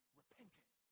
repentant